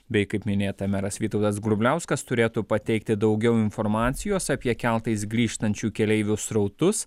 bei kaip minėta meras vytautas grubliauskas turėtų pateikti daugiau informacijos apie keltais grįžtančių keleivių srautus